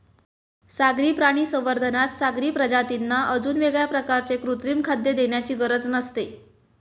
सागरी प्राणी संवर्धनात सागरी प्रजातींना अजून वेगळ्या प्रकारे कृत्रिम खाद्य देण्याची गरज नसते